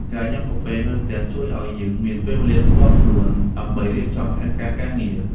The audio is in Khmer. ការញ៉ាំកាហ្វេនៅផ្ទះជួយឱ្យយើងមានពេលវេលាផ្ទាល់ខ្លួនដើម្បីរៀបចំផែនការការងារ។